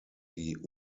die